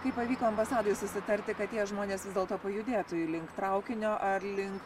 kaip pavyko ambasadai susitarti kad tie žmonės vis dėlto pajudėtų į link traukinio ar link